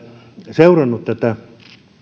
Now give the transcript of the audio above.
seurannut tätä